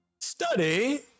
Study